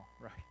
right